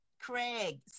Craig